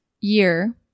year